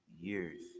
years